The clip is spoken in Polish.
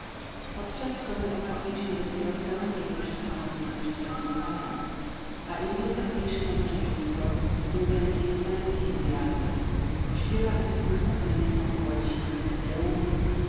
podczas sumy okazuje się dopiero w pełni jego wszechstronny kościelnego talent a im wystawniejsze nabożeństwo tem więcej inwencji ujawnia śpiewa wespół z organistą po łacinie te